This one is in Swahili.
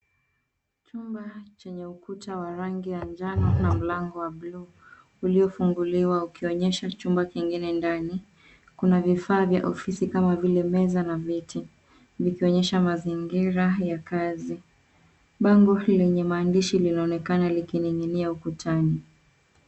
Chumba chenye ukuta wa rangi ya njano na mlango wa buluu uliofunguliwa ukionyesha chumba kingine ndani. Kuna vifaa ofisi kama vile meza na viti vikionyesha mazingira ya kazi. Bango lenye maandishi linaonekana likining'inia ukutani.